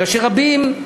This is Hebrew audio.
רבים,